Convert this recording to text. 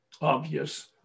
obvious